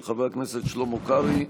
של חבר הכנסת שלמה קרעי,